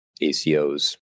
ACOs